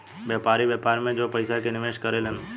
व्यापारी, व्यापार में जो पयिसा के इनवेस्ट करे लन